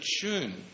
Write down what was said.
tune